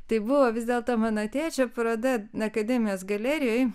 tai buvo vis dėlto mano tėčio paroda akademijos galerijoj